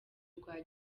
rwa